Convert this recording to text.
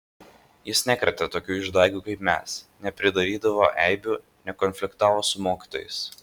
jis nekrėtė tokių išdaigų kaip mes nepridarydavo eibių nekonfliktavo su mokytojais